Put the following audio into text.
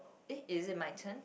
eh is it my turn